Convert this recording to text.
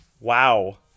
wow